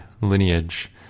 lineage